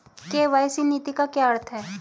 KYC नीति का क्या अर्थ है?